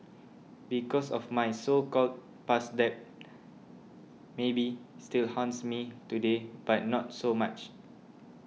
because of my so called past debt maybe still haunts me today but not so much